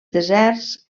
deserts